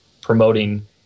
promoting